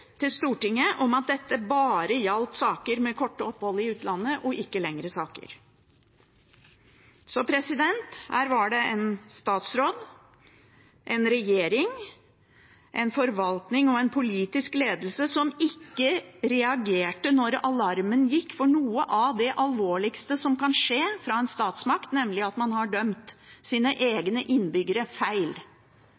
at dette bare gjaldt saker med korte opphold i utlandet, og ikke lengre saker. Her var det en statsråd, en regjering, en forvaltning og en politisk ledelse som ikke reagerte da alarmen gikk, på noe av det mest alvorlige som kan skje fra en statsmakt, nemlig at man har dømt sine